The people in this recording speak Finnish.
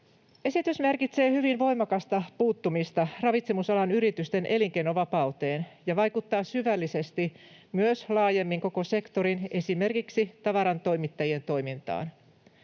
Esitys merkitsee hyvin voimakasta puuttumista ravitsemusalan yritysten elinkeinovapauteen ja vaikuttaa syvällisesti myös laajemmin koko sektorin, esimerkiksi tavarantoimittajien, toimintaan.